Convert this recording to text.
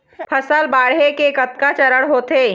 फसल बाढ़े के कतका चरण होथे?